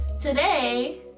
Today